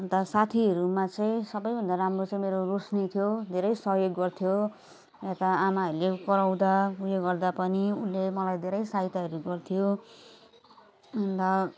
अन्त साथीहरूमा चाहिँ सबैभन्दा राम्रो चाहिँ मेरो रोशनी थियो धेरै सहयोग गर्थ्यो यता आमाहरूले कराउँदा उयो गर्दा पनि उसले मलाई धेरै सहायताहरू गर्थ्यो अन्त